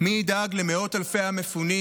למאות אלפי המפונים,